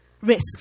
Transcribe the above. risks